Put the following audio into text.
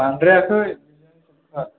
बांद्रायाखै